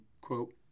quote